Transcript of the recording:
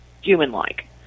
human-like